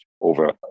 over